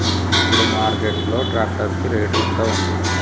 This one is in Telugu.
ఇప్పుడు మార్కెట్ లో ట్రాక్టర్ కి రేటు ఎంత ఉంది?